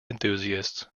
enthusiasts